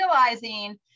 realizing